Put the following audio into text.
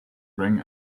rang